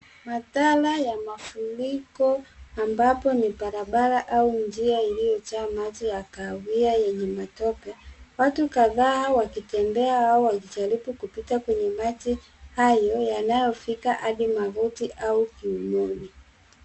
Madhara ya mafuriko ambapo ni barabara au njia iliyojaa maji ya kahawia yenye matope. Watu kadhaa wakitembea au wakijaribu kupita kwenye maji hayo yanayofika hadi magoti au kiunoni.